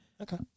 Okay